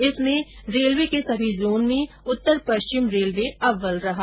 इसमें रेलवे के सभी जोन में उत्तर पश्चिम रेलवे अव्वल रहा